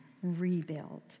rebuild